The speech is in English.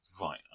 Right